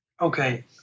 Okay